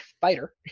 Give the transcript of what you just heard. fighter